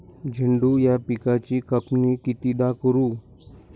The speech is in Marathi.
झेंडू या पिकाची कापनी कितीदा करू?